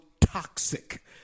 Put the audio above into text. toxic